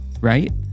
right